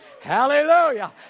Hallelujah